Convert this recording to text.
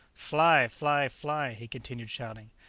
fly, fly, fly! he continued shouting.